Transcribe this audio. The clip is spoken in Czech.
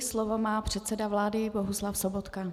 Slovo má předseda vlády Bohuslav Sobotka.